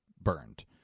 burned